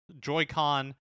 Joy-Con